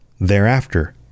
thereafter